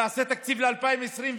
ונעשה תקציב ל-2021,